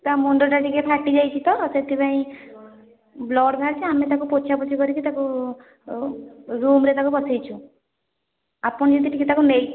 ତା' ମୁଣ୍ଡଟା ଟିକିଏ ଫାଟିଯାଇଛି ତ ସେଥିପାଇଁ ବ୍ଲଡ଼୍ ବାହାରିଛି ଆମେ ତାକୁ ପୋଛାପୋଛି କରିକି ତାକୁ ରୁମ୍ରେ ତାକୁ ବସେଇଛୁ ଆପଣ ଯଦି ଟିକିଏ ତାକୁ ନେଇ